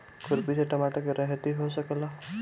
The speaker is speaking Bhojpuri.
खुरपी से टमाटर के रहेती हो सकेला?